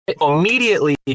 Immediately